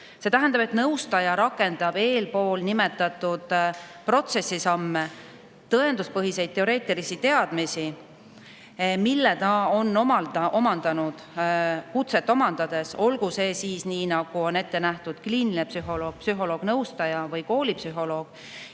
See tähendab, et nõustaja rakendab eespool nimetatud protsessisamme, tõenduspõhiseid teoreetilisi teadmisi, mille ta on omandanud kutset omandades, olgu see siis, nii nagu on ette nähtud, kliiniline psühholoog, psühholoog-nõustaja või koolipsühholoog.